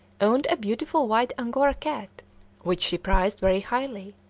owned a beautiful white angora cat which she prized very highly,